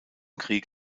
krieg